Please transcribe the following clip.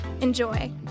Enjoy